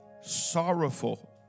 sorrowful